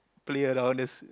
play around just